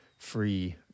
free